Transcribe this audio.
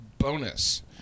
Bonus